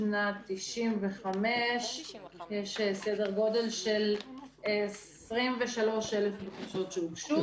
משנת 1995 יש סדר גודל של 23,000 בקשות שהוגשו,